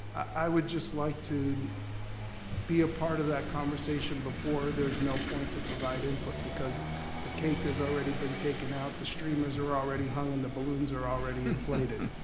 i would just like to be a part of that conversation before there's no point to provide input because the cake has already been taken out, the streamers are already hung and the balloons are already inflated.